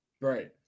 Right